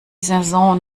saison